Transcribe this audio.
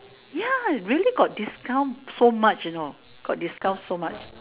ya really got discount so much you know got discount so much